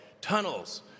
tunnels